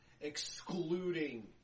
excluding